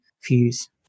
fuse